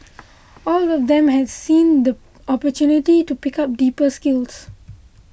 all of them have seen the opportunity to pick up deeper skills